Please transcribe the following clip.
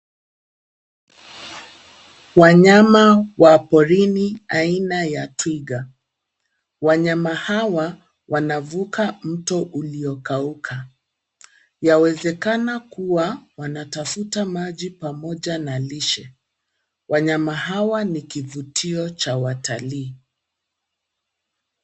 Wanyama wa porini wa aina ya twiga. Wanyama hawa wanavuka mto uliokauka. Yawezekana kuwa wanatafuta maji pamoja na lishe. Wanyama hawa ni kivutio cha watalii.